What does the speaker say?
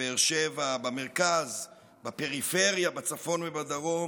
בבאר שבע, במרכז, בפריפריה, בצפון ובדרום,